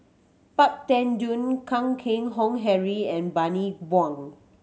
Pang Teck Joon Kan Keng Howe Harry and Bani Buang